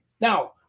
Now